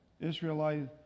Israelites